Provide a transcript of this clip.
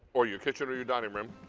or your kitchen, or your dining room,